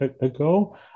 ago